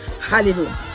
Hallelujah